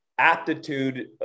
aptitude